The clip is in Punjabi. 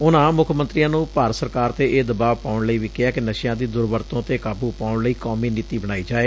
ਉਨਾਂ ਮੁੱਖ ਮੰਤਰੀਆਂ ਨੂੰ ਭਾਰਤ ਸਰਕਾਰ ਤੇ ਇਹ ਦਬਾਅ ਪਾਉਣ ਲਈ ਵੀ ਕਿਹੈ ਕਿ ਨਸ਼ਿਆਂ ਦੀ ਦੁਰਵਰਤੋਂ ਤੇ ਕਾਬੁ ਪਾਉਣ ਲਈ ਕੌਮੀ ਨੀਤੀ ਬਣਾਈ ਜਾਏ